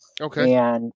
Okay